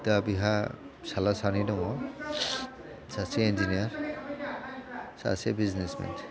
दा बिहा फिसाज्ला सानै दङ सासे इन्जिनियार सासे बिजनेसमेन